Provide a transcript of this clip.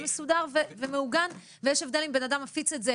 מסודר ומעוגן ויש הבדל אם בן אדם מפיץ את זה,